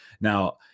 Now